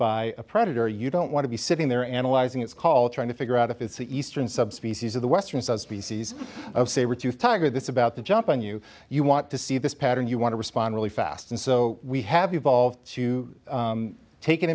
by a predator you don't want to be sitting there analyzing its call trying to figure out if it's the eastern subspecies of the western subspecies of saber tooth tiger that's about to jump on you you want to see this pattern you want to respond really fast and so we have evolved to take